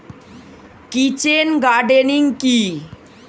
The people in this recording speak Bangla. কিচেন গার্ডেনিং কি?